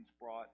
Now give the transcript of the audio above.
brought